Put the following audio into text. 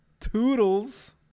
Toodles